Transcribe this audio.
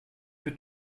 for